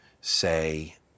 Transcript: Say